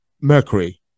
Mercury